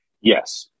Yes